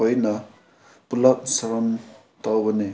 ꯑꯣꯏꯅ ꯄꯨꯂꯞ ꯁꯨꯝ ꯇꯧꯕꯅꯤ